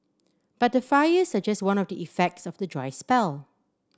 but the fires are just one of the effects of the dry spell